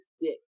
dick